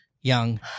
young